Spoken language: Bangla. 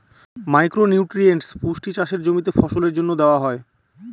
মাইক্রো নিউট্রিয়েন্টস পুষ্টি চাষের জমিতে ফসলের জন্য দেওয়া হয়